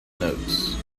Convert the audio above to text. notes